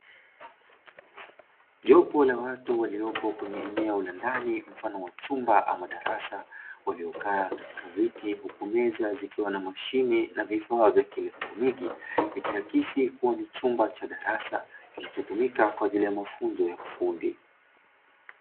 Jopo la watu waliopo kwenye eneo la ndani mfano wa chumba ama darasa, waliokaa katika viti huku meza zikiwa na mashine na vifaa vya kielektroniki, ikiakisi kuwa ni chumba cha darasa kinachotumika kwa ajili ya mafunzo ya ufundi.